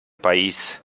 país